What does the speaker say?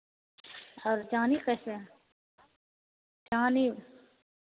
और चाँदी कैसे है चाँदी